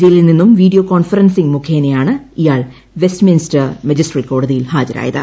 ജയിലിൽ നിന്നും video conferencing മുഖേനയാണ് ഇയാൾ വെസ്റ്റ്മിൻസ്റ്റർ മജിസ്ട്രേറ്റ് കോടതിയിൽ ഹാജരായത്